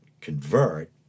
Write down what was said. convert